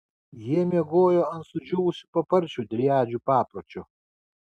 jie miegojo ant sudžiūvusių paparčių driadžių papročiu